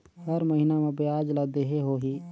हर महीना मा ब्याज ला देहे होही?